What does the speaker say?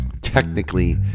technically